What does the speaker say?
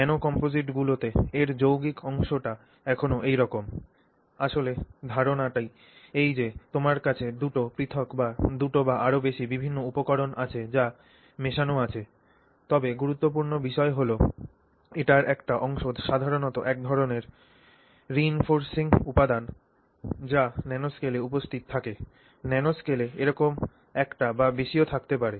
nano কমপোজিটগুলিতে এর যৌগিক অংশটি এখনও একইরকম আসলে ধারণাটি এই যে তোমার কাছে দুটি পৃথক বা দুটি বা আরও বেশি বিভিন্ন উপকরণ আছে যা মেশান আছে তবে গুরুত্বপূর্ণ বিষয় হল এটির একটি অংশ সাধারণত এক ধরণের রিইনফোর্সিং উপাদান যা ন্যানোস্কেলে উপস্থিত থাকে ন্যানোস্কেলে এরকম একটি বা বেশিও থাকতে পারে